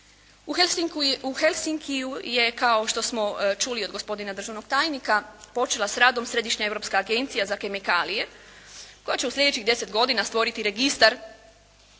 U Helsinkiju je kao što smo čuli od gospodina državnog tajnika počela s radom Središnja europska agencija za kemikalije koja će u sljedećih deset godina stvoriti registar